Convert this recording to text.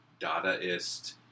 Dadaist